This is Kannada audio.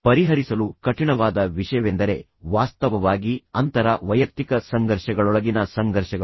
ಪರಿಹರಿಸಲು ಕಠಿಣವಾದ ವಿಷಯವೆಂದರೆ ವಾಸ್ತವವಾಗಿ ಅಂತರ ವೈಯಕ್ತಿಕ ಸಂಘರ್ಷಗಳೊಳಗಿನ ಸಂಘರ್ಷಗಳು